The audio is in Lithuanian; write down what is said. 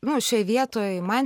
nu šioj vietoj man